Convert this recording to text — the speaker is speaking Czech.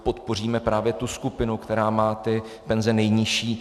Podpoříme právě tu skupinu, která má ty penze nejnižší.